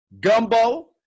Gumbo